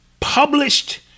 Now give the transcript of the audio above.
published